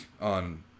on